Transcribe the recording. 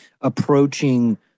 approaching